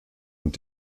und